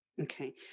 Okay